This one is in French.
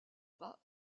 pas